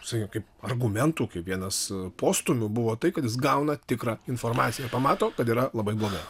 sakykim kaip argumentų kaip vienas postūmių buvo tai kad jis gauna tikrą informaciją pamato kad yra labai blogai